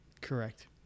Correct